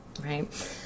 right